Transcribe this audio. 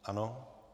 Ano.